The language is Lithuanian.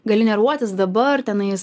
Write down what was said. gali nervuotis dabar tenais